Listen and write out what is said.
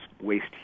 waste